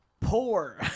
poor